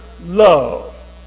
love